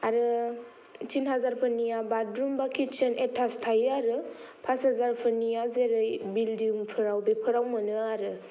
आरो थिन हाजारफोरनिया बातरुम बा किटसेन एटास थायो आरो फास हाजारफोरनिया जेरै बिलदिंफोराव बेफोराव मोनो आरो